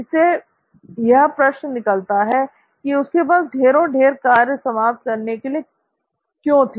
इससे यह प्रश्न निकलता है कि उसके पास ढेरों ढेरों कार्य समाप्त करने के लिए क्यों थे